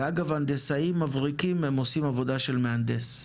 ואגב הנדסאים מבריקים הם עושים עבודה של מהנדס,